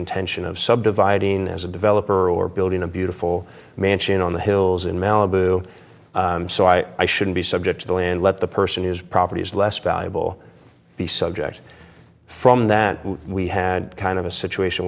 intention of subdividing as a developer or building a beautiful mansion on the hills in malibu so i shouldn't be subject to the land let the person is property is less valuable the subject from that we had kind of a situation